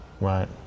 Right